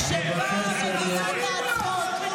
כשבאה מגילת העצמאות,